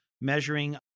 measuring